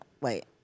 Wait